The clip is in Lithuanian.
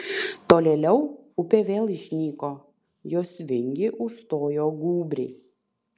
tolėliau upė vėl išnyko jos vingį užstojo gūbriai